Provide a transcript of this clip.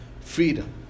freedom